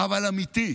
אבל אמיתי.